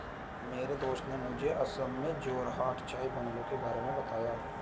मेरे दोस्त ने मुझे असम में जोरहाट चाय बंगलों के बारे में बताया